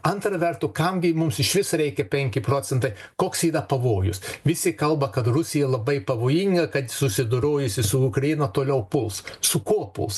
antra vertu kam gi mums išvis reikia penki procentai koks yra pavojus visi kalba kad rusija labai pavojinga kad susidorojusi su ukraina toliau puls su kuo puls